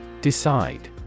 Decide